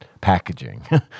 packaging